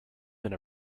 been